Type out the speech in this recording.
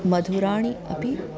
मधुराणि अपि